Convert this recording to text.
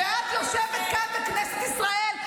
ואת יושבת כאן, בכנסת ישראל.